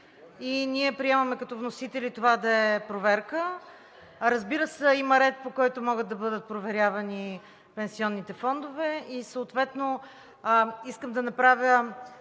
и ние приемаме като вносители това да е проверка. Разбира се, има ред, по който могат да бъдат проверявани пенсионните фондове. И съответно искам да направя